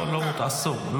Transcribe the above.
לא, לא מותר, אסור.